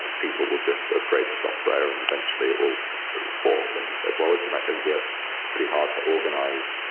ah people will just upgrade the software and eventually it will it will fork. and he said, well, isn't that going to be ah pretty hard to organize?